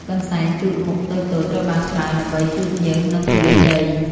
កន្សែងជូតមុខតូចៗត្រូវបានប្រើដើម្បីជូតញើស និងធូលីដី។